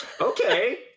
Okay